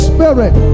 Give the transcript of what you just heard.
Spirit